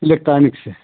electronic से